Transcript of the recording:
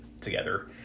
together